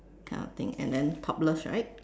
kind of thing and then topless right